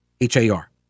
H-A-R